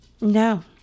No